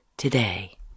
today